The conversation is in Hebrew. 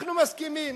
ואנחנו מסכימים